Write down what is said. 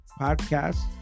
podcast